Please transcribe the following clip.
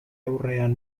aurrean